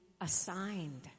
assigned